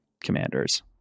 commanders